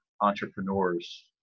entrepreneurs